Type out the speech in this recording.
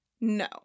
No